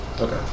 Okay